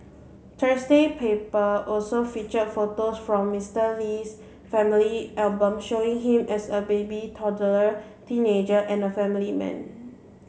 Thursday paper also featured photos from Mister Lee's family album showing him as a baby toddler teenager and family man